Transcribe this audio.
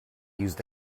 used